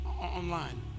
Online